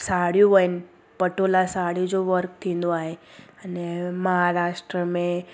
साड़ियूं आहिनि पटोला साड़ियूं जो वर्क थींदो आहे अने महाराष्ट्र में